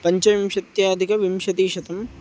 पञ्चविंशत्यधिकविंशतिशतम्